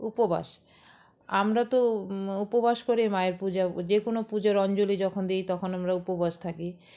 উপবাস আমরা তো উপবাস করে মায়ের পূজা যে কোনো পুজোর অঞ্জলি যখন দিই তখন আমরা উপবাস থাকি